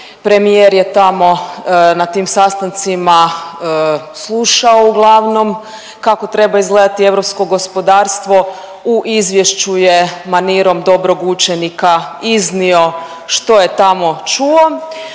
Premijer je tamo na tim sastancima slušao uglavnom, kako treba izgledati europsko gospodarstvo, u izvješću je manirom dobrog učenika iznio što je tamo čuo,